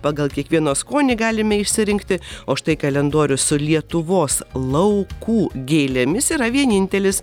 pagal kiekvieno skonį galime išsirinkti o štai kalendorius su lietuvos laukų gėlėmis yra vienintelis